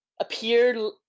appeared